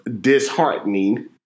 disheartening